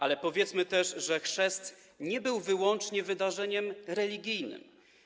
Ale powiedzmy też, że chrzest nie był wyłącznie wydarzeniem religijnym.